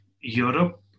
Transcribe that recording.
Europe